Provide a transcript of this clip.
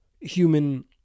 human